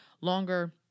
longer